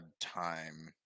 time